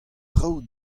traoù